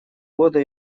года